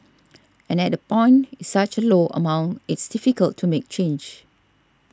and at that point such a low amount it's difficult to make change